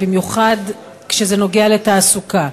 במיוחד כשזה נוגע לתעסוקה,